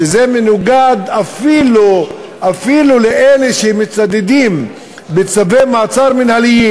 שזה מנוגד אפילו לאלה שמצדדים בצווי מעצר מינהליים.